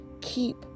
Keep